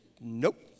Nope